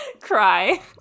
Cry